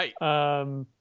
Right